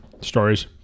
stories